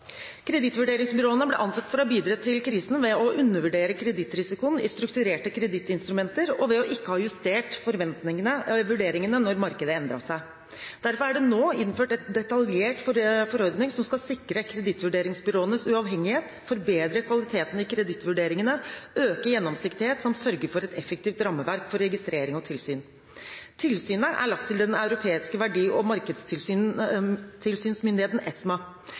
Kredittvurderingsbyråene ble ansett for å ha bidratt til krisen ved å undervurdere kredittrisikoen i strukturerte kredittinstrumenter og ved ikke å ha justert vurderingene når markedet endret seg. Derfor er det nå innført en detaljert forordning som skal sikre kredittvurderingsbyråenes uavhengighet, forbedre kvaliteten i kredittvurderingene, øke gjennomsiktigheten samt sørge for et effektivt rammeverk for registrering og tilsyn. Tilsynet er lagt til Den europeiske verdipapir- og markedstilsynsmyndighet, ESMA.